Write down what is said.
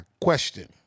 question